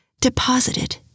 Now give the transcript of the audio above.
deposited